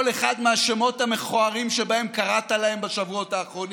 אחד מהשמות המכוערים שבהם קראת להם בשבועות האחרונים.